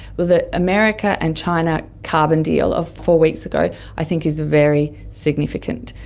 well, the america and china carbon deal of four weeks ago i think is very significant.